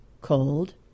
Cold